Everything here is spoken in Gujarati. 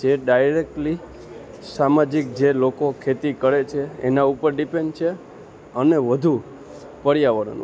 જે ડાયરેકલી સામાજિક જે લોકો ખેતી કરે છે એના ઉપર ડીપેન્ડ છે અને વધુ પર્યાવરણ ઉપર